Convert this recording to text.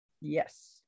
Yes